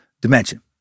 dimension